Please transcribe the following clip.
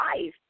life